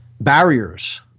Barriers